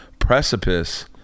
precipice